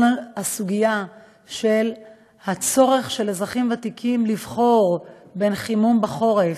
כל הסוגיה של הצורך של אזרחים ותיקים לבחור בין חימום בחורף,